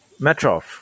Metrov